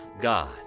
God